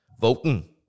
Voting